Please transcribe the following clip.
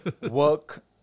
work